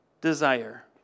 desire